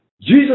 Jesus